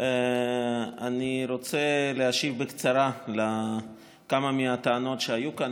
אני רוצה להשיב בקצרה לכמה מהטענות שעלו כאן.